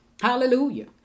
Hallelujah